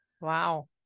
wow